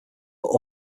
but